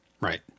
Right